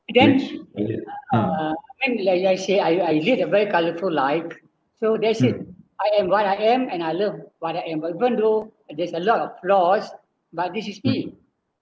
then uh when we I I say I I live a very colourful life so that's it I am what I am and I love what I am even though there's a lot of flaws but this is me